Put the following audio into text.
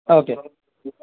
okay